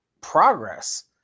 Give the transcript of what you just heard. progress